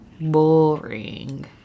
boring